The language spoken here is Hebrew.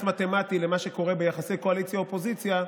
מתמטי למה שקורה ביחסי קואליציה אופוזיציה,